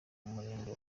murenge